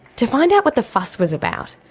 to find out what the fuss was about,